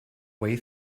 way